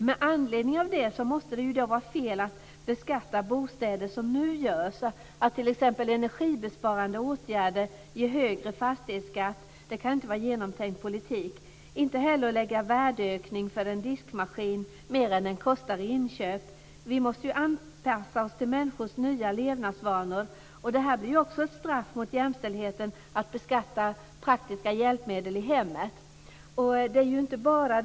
Med anledning av detta måste det vara fel att beskatta bostäder som nu görs. Att t.ex. energibesparande åtgärder ger högre fastighetsskatt kan inte vara genomtänkt politik, inte heller att lägga på värdeökning för en diskmaskin som är högre än inköpspriset. Vi måste ju anpassa oss till människors nya levnadsvanor. Det blir ju också ett straff mot jämställdheten att praktiska hjälpmedel i hemmet beskattas.